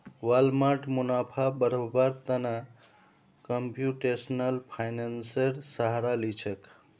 Walmart मुनाफा बढ़व्वार त न कंप्यूटेशनल फाइनेंसेर सहारा ली छेक